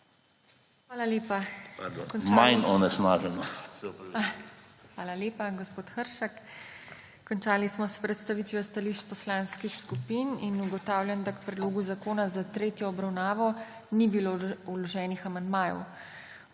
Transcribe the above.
HEFERLE: Hvala lepa, gospod Hršak. Končali smo s predstavitvijo stališč poslanskih skupin in ugotavljam, da k predlogu zakona za tretjo obravnavo ni bilo vloženih amandmajev.